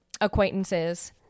acquaintances